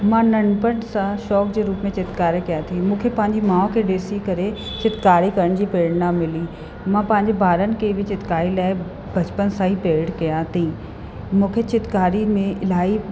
मां नंढपिण सां शौंक़ु खे रूप में चित्रकारी कयां थी मूंखे पंहिंजी माउ खे ॾिसी करे चित्रकारी करण जी प्रेरणा मिली मां पंहिंजे ॿारनि खे बि चित्रकारी लाइ बचपन सां ई प्रेरित कया थी मूंखे चित्रकारी में इलाही